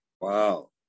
wow